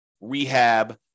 rehab